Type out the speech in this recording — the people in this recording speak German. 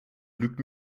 lügt